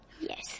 Yes